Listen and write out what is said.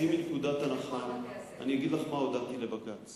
אגיד לך מה הודעתי לבג"ץ